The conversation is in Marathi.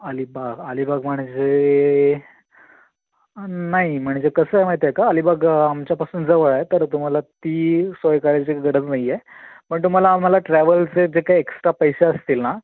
अलिबाग अलिबाग म्हणजे नाही म्हणजे कसं माहीत आहे का अलिबाग आमच्यापासून जवळ आहे तर तुम्हाला ती सोय करायची गरज नाही आहे पण तुम्हाला आम्हाला ट्रॅव्हल्सचे जे काय एक्स्ट्रा पैसे असतील ना